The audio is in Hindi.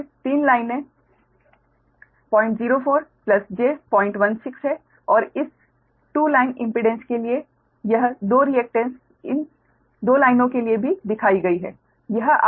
फिर 3 लाइनें 004 j016 हैं और इस 2 लाइन इम्पीडेंस के लिए यह दो रिएक्टेन्स इस 2 लाइनों के लिए भी दिखाई गई है